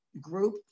group